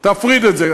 תפריד את זה.